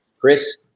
Chris